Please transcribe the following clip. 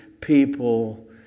people